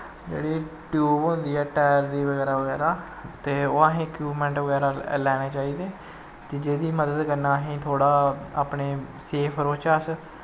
जेह्ड़ी टयूब होंदी ऐ टैर दा बगैरा बगैरा ते ओह् असें इक्यूबमैंट बगैरा लैने चाही दे ते जेह्दी मदद कन्नै असें थोह्ड़ा अपने सेफ रौह्चै अस